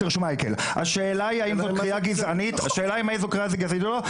השאלה היא אם זו קריאה גזענית או לא,